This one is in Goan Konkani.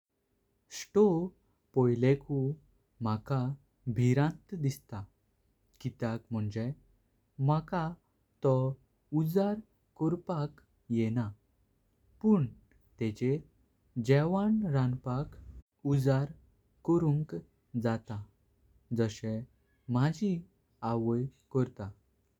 स्टोव पोइलेकों मका भीरांत दिसता कित्याक मुणचें मका। तो उजड कोरपाक येण्णा पण टेचर जेवण रांपाक उजड करुंक जाता। जासी माझी आवई कोरता।